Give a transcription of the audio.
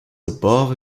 above